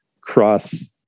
cross